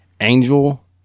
Angel